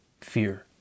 fear